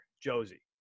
Josie